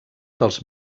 dels